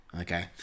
Okay